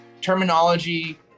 Terminology